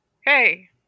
Hey